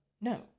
No